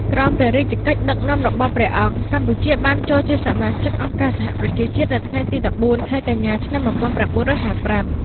ក្រោមព្រះរាជកិច្ចដឹកនាំរបស់ព្រះអង្គ កម្ពុជាបានចូលជាសមាជិកអង្គការសហប្រជាជាតិនៅថ្ងៃទី១៤ ខែកញ្ញា ឆ្នាំ១៩៥៥។